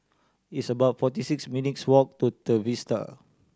it's about forty six minutes' walk to Trevista